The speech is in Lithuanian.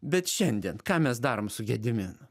bet šiandien ką mes darom su gediminu